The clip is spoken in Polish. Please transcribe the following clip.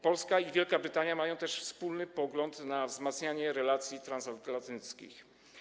Polska i Wielka Brytania mają też wspólny pogląd na wzmacnianie relacji transatlantyckich.